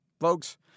folks